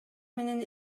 менен